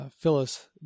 Phyllis